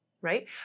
right